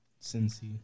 Cincy